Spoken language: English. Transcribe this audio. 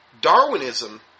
Darwinism